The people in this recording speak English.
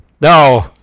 No